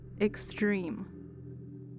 extreme